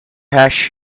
hash